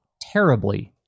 terribly